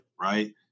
right